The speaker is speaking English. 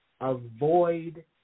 avoid